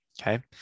Okay